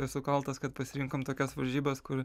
esu kaltas kad pasirinkom tokias varžybas kur